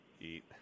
Eat